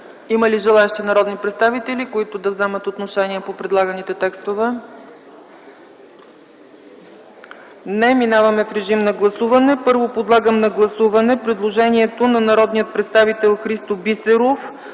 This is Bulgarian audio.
Има ли желаещи народни представители, които да вземат отношение по предлаганите текстове? Няма. Минаваме в режим на гласуване. Първо подлагам на гласуване предложението на народния представител Христо Бисеров